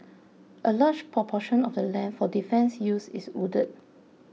a large proportion of the land for defence use is wooded